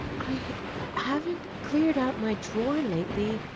i haven't cleared out my drawer lately,